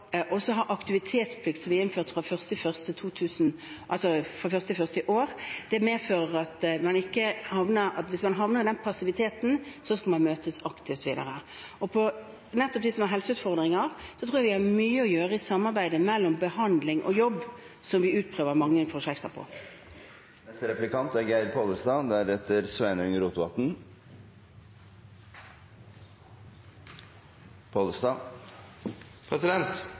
aktivitetsplikt, som ble innført fra 1. januar i år, medfører at hvis man havner i passivitet, skal man møtes aktivt videre. For dem som har helseutfordringer, tror jeg vi har mye å hente i samhandling mellom behandling og jobb, som vi utprøver mange prosjekter på. Geir Pollestad – til oppfølgingsspørsmål. Arbeidsløysa er